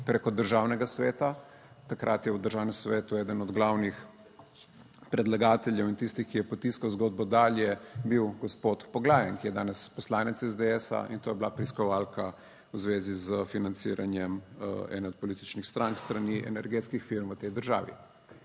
preko Državnega sveta, takrat je v Državnem svetu eden od glavnih predlagateljev in tistih, ki je potiskal zgodbo dalje, bil gospod Poglajen, ki je danes poslanec SDS in to je bila preiskovalka v zvezi s financiranjem ene od političnih strank s strani energetskih firm v tej državi.